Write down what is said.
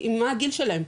מה הגיל שלהם,